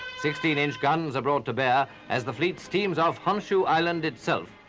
sixteen inch guns are brought to bear as the fleet steams off shumshu island itself,